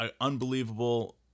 unbelievable